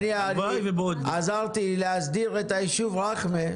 הלוואי ובעוד --- אתה יודע שאני עזרתי להסדיר את היישוב רח'מה.